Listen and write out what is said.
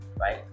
right